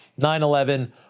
9-11